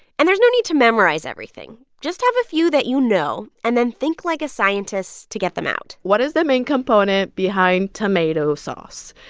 and there's no need to memorize everything. just have a few that you know and then think like a scientist to get them out what is the main component behind tomato sauce?